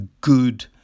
good